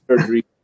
surgery